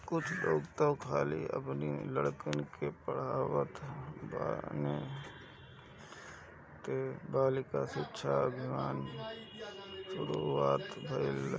कुछ लोग तअ खाली अपनी लड़कन के पढ़ावत बाने जेसे बालिका शिक्षा अभियान कअ शुरुआत भईल